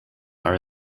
are